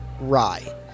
rye